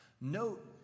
note